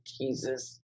Jesus